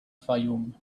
fayoum